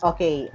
Okay